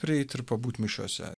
prieit ir pabūt mišiose